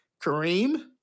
Kareem